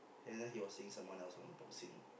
then after that he was seeing someone else from the boxing